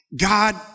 God